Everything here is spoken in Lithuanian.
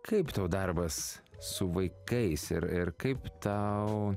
kaip tau darbas su vaikais ir ir kaip tau